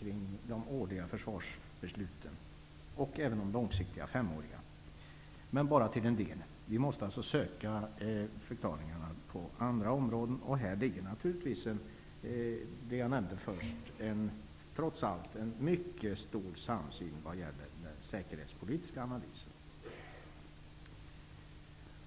kring de årliga försvarsbesluten och även de långsiktiga femåriga besluten. Men det gör det bara till en del. Man måste söka förklaringar på andra områden. Här finns också, vilket jag tidigare nämnde, en mycket stor samsyn när det gäller den säkerhetspolitiska analysen.